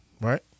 right